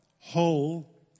Whole